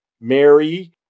Mary